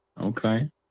okay